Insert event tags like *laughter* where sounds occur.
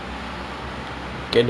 *noise* *laughs*